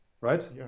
right